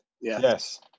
Yes